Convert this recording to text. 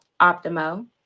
Optimo